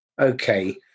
Okay